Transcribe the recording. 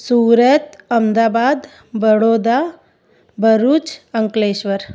Surat Ahmedabad Baroda Bharuch Omkareshwar